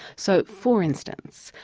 so, for instance,